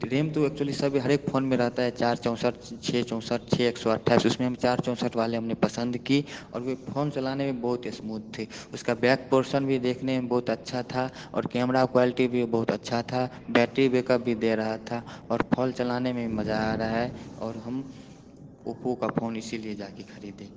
RAM तो actually सभी हरेक फ़ोन में रहता है चार चौंसठ छः चौंसठ छः एक सौ अठाईस उसमें हम चार चौंसठ वाले हमने पसंद की और वे फ़ोन चलाने में बहुत ही स्मूथ थी उसका बैक पोर्शन भी देखने में बहुत अच्छा था और कैमरा क्वैलिटी भी बहुत अच्छा था बैटरी बैकअप भी दे रहा था और फोल चलाने में मज़ा आ रहा है और हम ओप्पो का फ़ोन इसलिए जाकर ख़रीदे